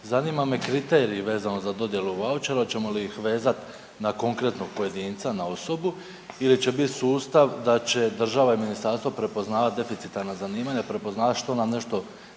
Zanima me kriteriji vezano za dodjelu vaučera hoćemo li ih vezati na konkretnog pojedinca na osobu ili će biti sustav da će država i ministarstvo prepoznavat deficitarna zanimanja, što nam nešto